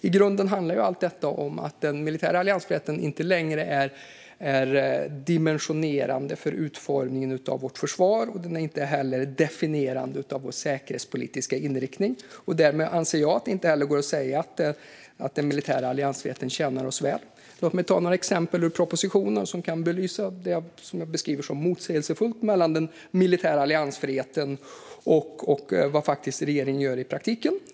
I grunden handlar ju allt detta om att den militära alliansfriheten inte längre är dimensionerande för utformningen av vårt försvar. Den är inte heller definierande för vår säkerhetspolitiska inriktning. Därmed anser jag att det inte heller går att säga att den militära alliansfriheten tjänar oss väl. Låt mig ta några exempel ur propositionen som kan belysa det som jag beskriver som motsägelsefullt vad gäller den militära alliansfriheten och vad regeringen faktiskt gör i praktiken.